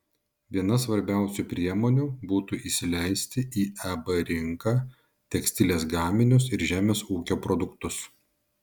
viena svarbiausių priemonių būtų įsileisti į eb rinką tekstilės gaminius ir žemės ūkio produktus